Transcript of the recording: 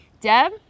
Deb